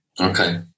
okay